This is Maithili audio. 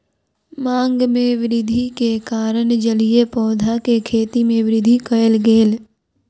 मांग में वृद्धि के कारण जलीय पौधा के खेती में वृद्धि कयल गेल